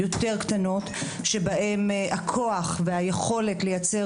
יותר קטנות שבהן הכוח והיכולת לייצר